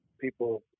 people